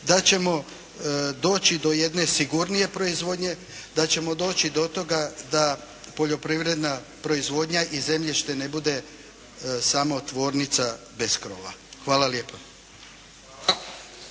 da ćemo doći do jedne sigurnije proizvodnje, da ćemo doći do toga da poljoprivredna proizvodnja i zemljište ne bude samo tvornica bez krova. Hvala lijepo.